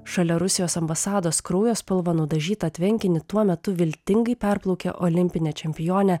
šalia rusijos ambasados kraujo spalva nudažytą tvenkinį tuo metu viltingai perplaukė olimpinė čempionė